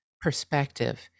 perspective